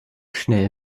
schnell